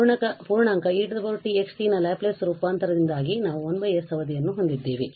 ಆದ್ದರಿಂದ ಪೂರ್ಣಾಂಕ e tx ನ ಲ್ಯಾಪ್ಲೇಸ್ ರೂಪಾಂತರದಿಂದಾಗಿ ನಾವು 1 s ಅವಧಿಯನ್ನು ಹೊಂದಿದ್ದೇವೆ